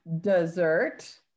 dessert